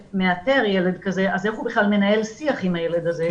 מאתר ילד כזה אז איך הוא מנהל שיח עם הילד הזה,